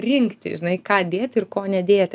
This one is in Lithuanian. rinkti žinai ką dėt ir ko nedėti